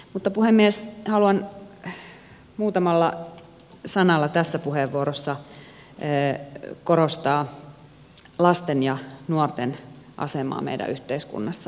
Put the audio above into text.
mutta puhemies haluan muutamalla sanalla tässä puheenvuorossa korostaa lasten ja nuorten asemaa meidän yhteiskunnassamme